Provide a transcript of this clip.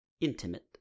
intimate